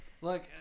look